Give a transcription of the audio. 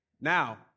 Now